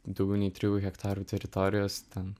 daugiau nei trijų hektarų teritorijos ten